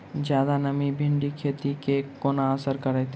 जियादा नमी भिंडीक खेती केँ कोना असर करतै?